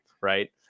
right